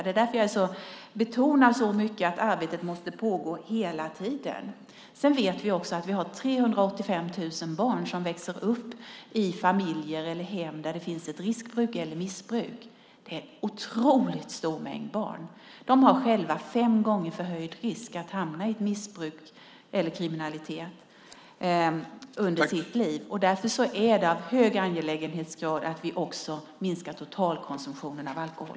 Det är därför jag betonar så mycket att arbetet måste pågå hela tiden. Vi vet också att vi har 385 000 barn som växer upp i familjer och hem där det finns riskbruk eller missbruk. Det är en otroligt stor mängd barn. De har fem gånger förhöjd risk att hamna i missbruk eller kriminalitet under sitt liv. Därför är det av hög angelägenhetsgrad att vi minskar totalkonsumtionen av alkohol.